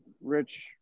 Rich